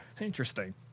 interesting